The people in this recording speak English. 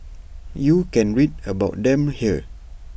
you can read about them here